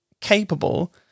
capable